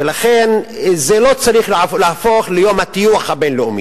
ולכן זה לא צריך להפוך ליום הטיוח הבין-לאומי,